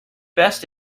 best